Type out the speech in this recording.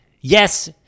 yes